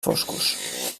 foscos